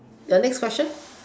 your next question